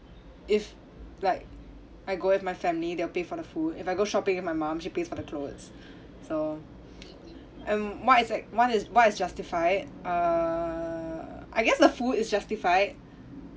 if like I go with my family they'll pay for the food if I go shopping with my mum she pays for the clothes so um more exact what is what is justified err I guess the food is justified